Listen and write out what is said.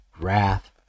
wrath